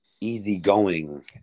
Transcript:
easygoing